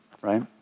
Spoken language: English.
right